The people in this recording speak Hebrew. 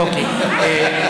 אוקיי.